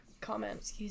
comment